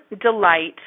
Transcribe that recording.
delight